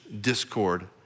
discord